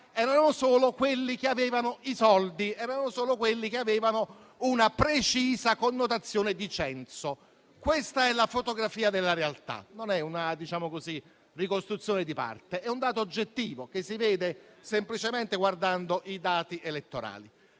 erano solo coloro che avevano i soldi e una precisa connotazione di censo. Questa è la fotografia della realtà: non è una ricostruzione di parte, ma è un dato oggettivo che si apprende semplicemente guardando i dati elettorali.